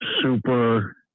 super